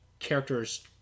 character's